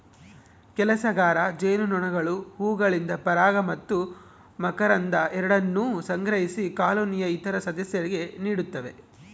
ಕೆಲಸಗಾರ ಜೇನುನೊಣಗಳು ಹೂವುಗಳಿಂದ ಪರಾಗ ಮತ್ತು ಮಕರಂದ ಎರಡನ್ನೂ ಸಂಗ್ರಹಿಸಿ ಕಾಲೋನಿಯ ಇತರ ಸದಸ್ಯರಿಗೆ ನೀಡುತ್ತವೆ